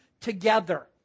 together